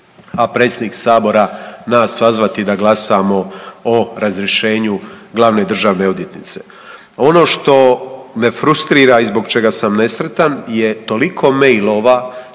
a Predsjednik Sabora nas sazvati da glasamo o razrješenju Glavne državne odvjetnice. Ono što me frustrira i zbog čega sam nesretan je toliko mailova,